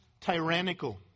tyrannical